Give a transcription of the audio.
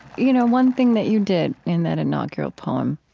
you know, one thing that you did in that inaugural poem,